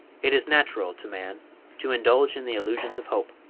it is natural to man to indulge in the illusions of hope.